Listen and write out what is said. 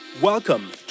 Welcome